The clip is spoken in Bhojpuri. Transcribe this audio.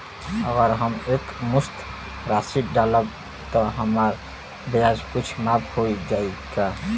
अगर हम एक मुस्त राशी डालब त हमार ब्याज कुछ माफ हो जायी का?